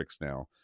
now